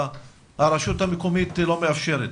הרשות המקומית לא מאפשרת.